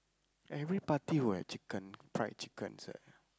every party will have chicken fried chicken sir